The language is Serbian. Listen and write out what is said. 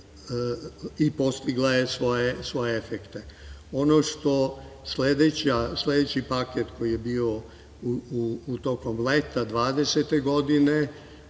i postigla je svoje efekte. Ono što sledeći paket koji je bio tokom leta 2020. godine